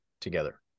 together